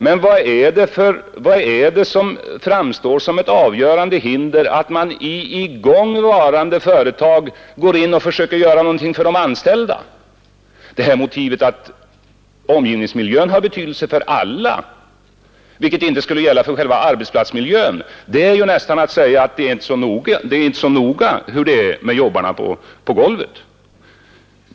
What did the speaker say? Men vad är det som framstår som ett avgörande hinder för att man i företag som är i gång går in och försöker göra någonting för de anställda? Motivet att omgivningsmiljön har betydelse för alla — vilket alltså inte skulle gälla för arbetsplatsmiljön — är ju nästan detsamma som att säga att det inte är så noga hur jobbarna på verkstadsgolvet har det.